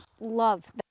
love